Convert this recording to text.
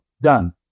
done